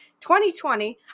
2020